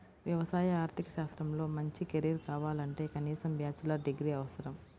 వ్యవసాయ ఆర్థిక శాస్త్రంలో మంచి కెరీర్ కావాలంటే కనీసం బ్యాచిలర్ డిగ్రీ అవసరం